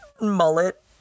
mullet